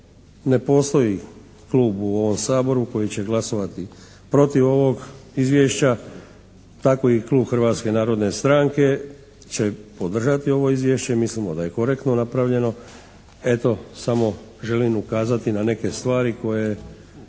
ne postoji klub u ovom Saboru koji će glasovati protiv ovog izvješća, tako i klub Hrvatske narodne stranke će podržati ovo izvješće. Mislimo da je korektno napravljeno. Eto samo želim ukazati na neke stvari koje